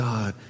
God